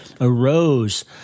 arose